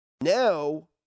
Now